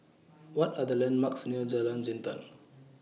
What Are The landmarks near Jalan Jintan